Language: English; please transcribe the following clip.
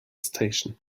station